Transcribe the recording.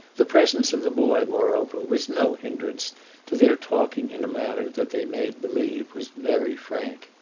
the presence of the boy moreover was no hindrance to their talking in a manner that they made believe was very frank.